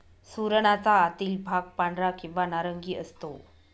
सुरणाचा आतील भाग पांढरा किंवा नारंगी असतो